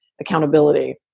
accountability